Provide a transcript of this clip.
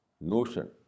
notion